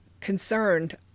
concerned